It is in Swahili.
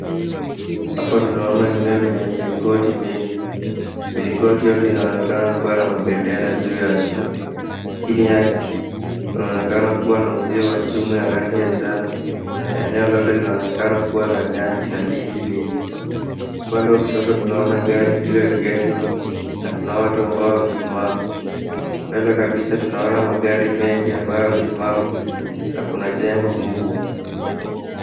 Hapa tunaona eneo lenye milingoti mengi. Milingoti yote inaonekana kuwa na mabendera juu yake. Chini yake kunaonekana kuwa na uzio wa chuma ya rangi ya njano na eneo lote linaonekana kuwa na nyasi na miti mingi. Upande wa kushoto tunaona gari lililoegeshwa na kuna watu ambao wamesimama. Mbele kabisa tunaona magari mengi ambayo yamesimama na kuna jengo kubwa.